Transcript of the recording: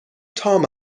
تام